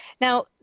Now